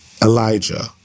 Elijah